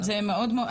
תודה רבה.